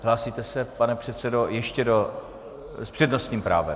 Hlásíte se, pane předsedo ještě, s přednostním právem.